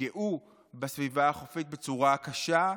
שיפגעו בסביבה החופית בצורה קשה.